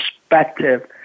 perspective